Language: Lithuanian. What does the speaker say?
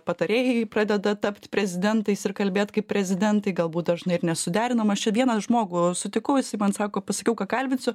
patarėjai i pradeda tapt prezidentais ir kalbėt kaip prezidentai galbūt dažnai ir nesuderinama čia vieną žmogų sutikau jisai man sako pasakiau ką kalbinsiu